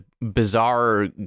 bizarre